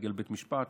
להגיע בית משפט,